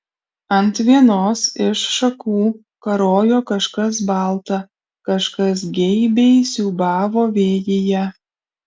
ant vienos iš šakų karojo kažkas balta kažkas geibiai siūbavo vėjyje